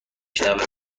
شنوه